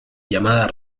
llamada